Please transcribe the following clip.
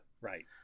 Right